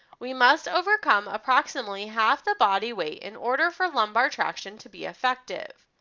we must overcome approximately half the body weight in order for lumbar traction to be effective.